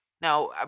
Now